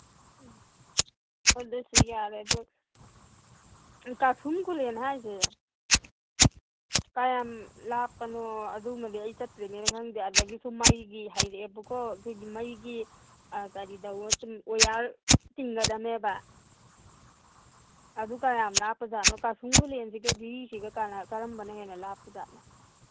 ꯎꯝ ꯍꯣꯏ ꯑꯗꯨꯁꯨ ꯌꯥꯔꯦ ꯑꯗꯣ ꯀꯥꯁꯨꯝ ꯈꯨꯂꯦꯟ ꯍꯥꯏꯁꯦ ꯀꯌꯥꯝ ꯂꯥꯞꯄꯅꯣ ꯑꯗꯨꯃꯗꯤ ꯑꯩ ꯆꯠꯇ꯭ꯔꯤꯕꯅꯤꯅ ꯈꯪꯗꯦ ꯑꯗꯒꯤ ꯃꯩꯒꯤ ꯍꯥꯏꯔꯛꯑꯦꯕꯀꯣ ꯑꯗꯨꯒꯤ ꯃꯩꯒꯤ ꯀꯔꯤꯗꯧꯋꯣ ꯑꯣꯌꯥꯔ ꯇꯤꯡꯒꯗꯝꯃꯦꯕ ꯂꯥꯞꯄꯖꯥꯠꯅꯣ ꯀꯁꯨꯝ ꯈꯨꯂꯦꯟꯁꯤꯒ ꯖꯤꯔꯤꯁꯤꯒ ꯀꯔꯝꯕꯅ ꯍꯦꯟꯅ ꯂꯥꯞꯄꯖꯥꯠꯅꯣ